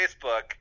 Facebook